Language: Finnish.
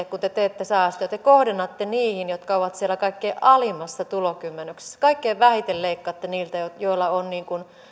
kun te teette säästöjä nämä säästöt te kohdennatte niihin jotka ovat kaikkein alimmassa tulokymmenyksessä kaikkein vähiten leikkaatte niiltä joilla on